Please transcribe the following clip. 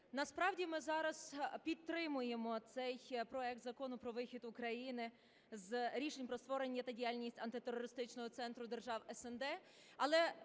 Насправді ми зараз підтримуємо цей проект Закону про вихід України з рішень про створення та діяльність Антитерористичного центру держав СНД.